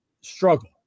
struggle